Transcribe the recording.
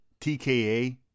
TKA